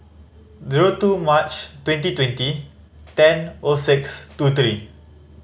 zero two March twenty twenty ten O six two three